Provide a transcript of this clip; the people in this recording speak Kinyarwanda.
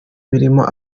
imirimo